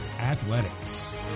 Athletics